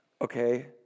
Okay